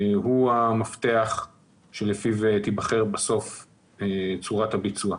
הוא המפתח שלפיו תיבחר בסוף צורת הביצוע.